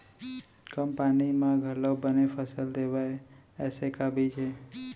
कम पानी मा घलव बने फसल देवय ऐसे का बीज हे?